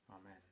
Amen